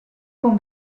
con